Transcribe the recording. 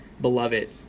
beloved